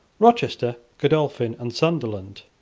rochester, godolphin, and sunderland,